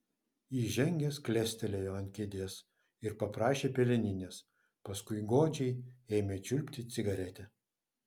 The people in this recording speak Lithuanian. įžengęs klestelėjo ant kėdės ir paprašė peleninės paskui godžiai ėmė čiulpti cigaretę